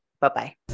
Bye-bye